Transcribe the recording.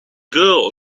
girl